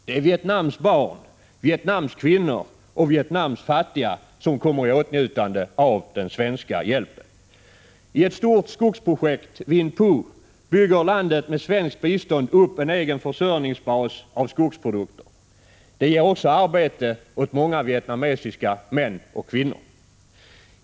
Det är Vietnams barn, Vietnams kvinnor och Vietnams fattiga som kommer i åtnjutande av den svenska hjälpen. Landet bygger i ett stort skogsprojekt — Vinh Phu — med svenskt bistånd upp en egen försörjningsbas av skogsprodukter. Det ger också arbete åt många vietnamesiska män och kvinnor.